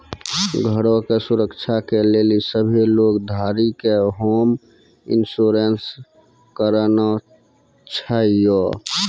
घरो के सुरक्षा के लेली सभ्भे लोन धारी के होम इंश्योरेंस कराना छाहियो